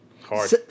Hard